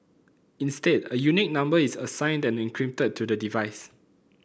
instead a unique number is assigned and encrypted to the device